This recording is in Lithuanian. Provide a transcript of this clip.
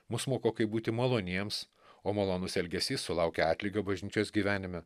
mus moko kaip būti maloniems o malonus elgesys sulaukia atlygio bažnyčios gyvenime